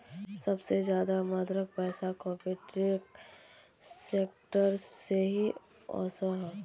सबसे ज्यादा मात्रात पैसा कॉर्पोरेट सेक्टर से ही वोसोह